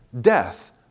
Death